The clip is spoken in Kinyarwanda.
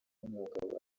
nk’umwuga